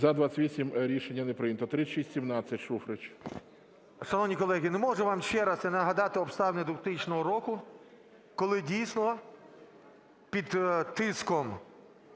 За-28 Рішення не прийнято. 3617. Шуфрич.